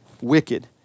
wicked